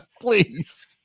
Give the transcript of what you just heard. Please